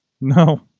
No